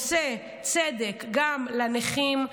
עושה צדק גם לנכים,